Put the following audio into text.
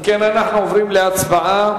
מה אתה רוצה,